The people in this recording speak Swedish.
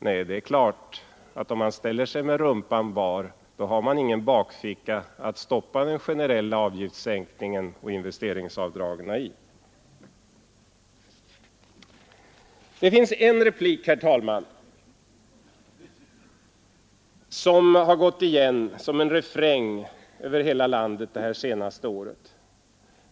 Nej, det är klart att om man ställer sig med rumpan bar, har man ingen bakficka att stoppa den generella avgiftssänkningen och investeringsavdragen i. Det finns en replik, herr talman, som har gått igen som en refräng över hela landet det här senaste året.